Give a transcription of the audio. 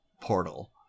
portal